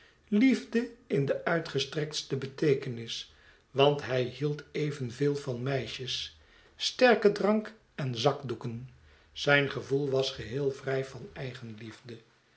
liefde in de uitgestrektste beteekenis want hij hield evenveel van meisjes sterken drank en zakdoeken zijn gevoel was geheel vrij van eigenliefde